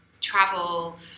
travel